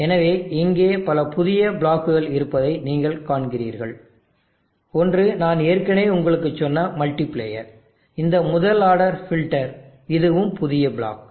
எனவே இங்கே பல புதிய பிளாக்குகள் இருப்பதை நீங்கள் காண்கிறீர்கள் ஒன்று நான் ஏற்கனவே உங்களுக்குச் சொன்ன மல்டிபிளேயர் இந்த முதல் ஆர்டர் ஃபில்டர் இதுவும் புதிய பிளாக்